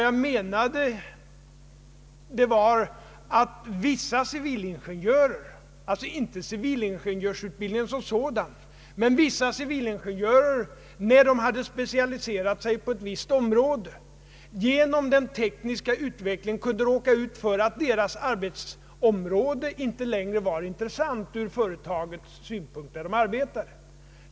Jag menade att vissa civilingenjörer — alltså inte civilingenjörsutbildningen som sådan — som specialiserat sig på ett visst område kunde genom den tekniska utvecklingen råka ut för att deras arbetsområde inte längre var intressant från det företags synpunkter där de var anställda.